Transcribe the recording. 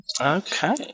Okay